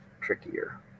trickier